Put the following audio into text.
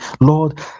Lord